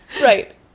right